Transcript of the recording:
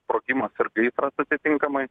sprogimas ir gaisras atitinkamai